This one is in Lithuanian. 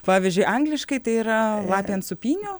pavyzdžiui angliškai tai yra lapė ant sūpynių